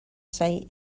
say